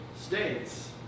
States